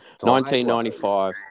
1995